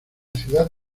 ciudad